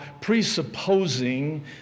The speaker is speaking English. presupposing